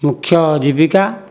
ମୁଖ୍ୟ ଜୀବିକା